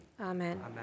amen